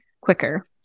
quicker